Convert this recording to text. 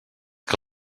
que